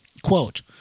quote